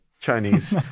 Chinese